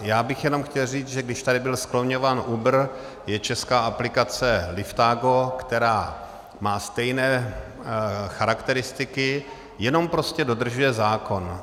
Já bych jenom chtěl říct, že když tady byl skloňován Uber, je česká aplikace Liftago, která má stejné charakteristiky, jenom prostě dodržuje zákon.